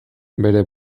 bere